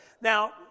Now